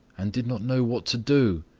and did not know what to do.